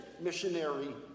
missionary